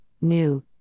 new